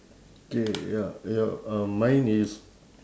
K ya ya uh mine is